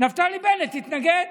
נפתלי בנט התנגד.